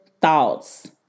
thoughts